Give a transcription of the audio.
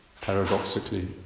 paradoxically